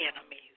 enemies